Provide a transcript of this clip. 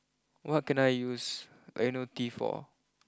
what can I use Ionil T for